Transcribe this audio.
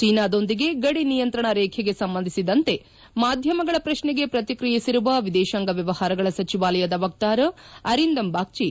ಚೀನಾದೊಂದಿಗೆ ಗಡಿ ನಿಯಂತ್ರಣ ರೇಖೆಗೆ ಸಂಬಂಧಿಸಿದಂತೆ ಮಾಧ್ಯಮಗಳ ಪ್ರಕ್ಷೆಗೆ ಪ್ರತಿಕ್ರಿಯಿಸಿರುವ ವಿದೇಶಾಂಗ ವ್ಯವಹಾರದ ಸಚಿವಾಲಯಗಳ ವಕ್ತಾರ ಅರಿಂದಮ್ ಬಾಗ್ಟಿ